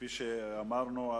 כפי שאמרנו,